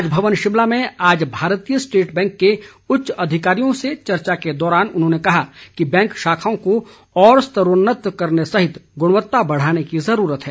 राजभवन शिमला में आज भारतीय स्टेट बैंक के उच्च अधिकारियों से चर्चा के दौरान उन्होंने कहा कि बैंक शाखाओं को और स्तरोन्नत करने सहित गुणवत्ता बढ़ाने की ज़रूरत है